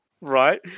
right